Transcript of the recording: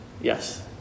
yes